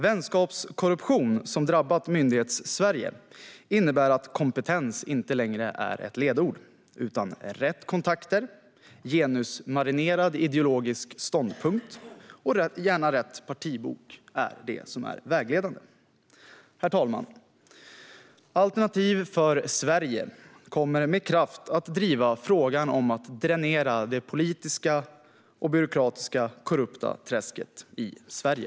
Vänskapskorruption som drabbat Myndighetssverige innebär att kompetens inte längre är ett ledord, utan rätt kontakter, en genusmarinerad ideologisk ståndpunkt och gärna rätt partibok är det som är vägledande. Herr talman! Alternativ för Sverige kommer med kraft att driva frågan om att dränera det politiska och byråkratiska korrupta träsket i Sverige.